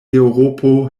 eŭropo